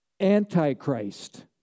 Antichrist